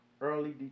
early